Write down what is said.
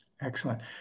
Excellent